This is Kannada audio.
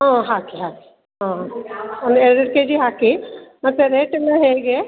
ಹ್ಞೂ ಹಾಕಿ ಹಾಕಿ ಹಾಂ ಒಂದು ಎರಡೆರಡು ಕೆಜಿ ಹಾಕಿ ಮತ್ತು ರೇಟ್ ಎಲ್ಲ ಹೇಗೆ